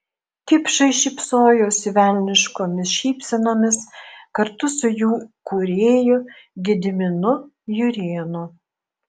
kipšai šypsojosi velniškomis šypsenomis kartu su jų kūrėju gediminu jurėnu